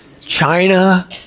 China